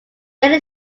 there